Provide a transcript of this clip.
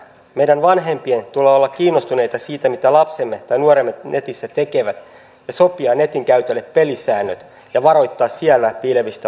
meidän vanhempien tulee olla kiinnostuneita siitä mitä lapsemme tai nuoremme netissä tekevät ja sopia netin käytölle pelisäännöt ja varoittaa siellä piilevistä vaaroista